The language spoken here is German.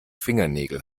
fingernägel